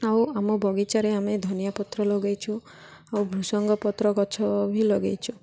ଆଉ ଆମ ବଗିଚାରେ ଆମେ ଧନିଆ ପତ୍ର ଲଗାଇଛୁ ଆଉ ଭୃସଙ୍ଗ ପତ୍ର ଗଛ ବି ଲଗାଇଛୁ